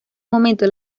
momento